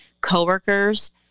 coworkers